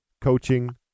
coaching